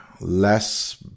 less